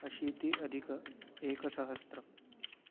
अशीति अधिकं एकसहस्रं